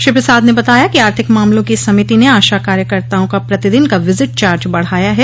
श्री प्रसाद ने बताया कि आर्थिक मामलों की समिति ने आशा कार्यकर्ताओं का प्रतिदिन का विजिट चार्ज बढ़ाया है